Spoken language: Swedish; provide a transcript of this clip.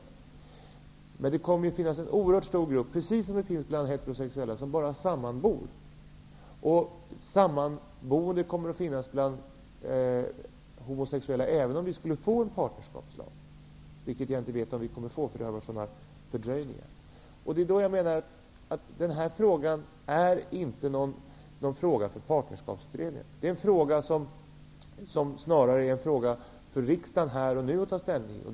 Precis som bland heterosexuella kommer det att finnas en oerhört stor grupp homosexuella som bara sammanbor. De kommer att finnas även om vi får en partnerskapslag. Jag vet inte om vi får en sådan, då det har varit sådana fördröjningar. Det här är alltså inte en fråga för Partnerskapsutredningen. Det är snarare en fråga för riksdagen att ta ställning till här och nu.